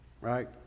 Right